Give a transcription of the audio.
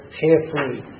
carefully